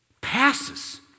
passes